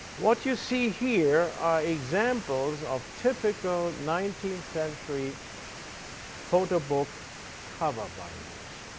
what you see here are examples of typical nineteenth century photo book cover bindings.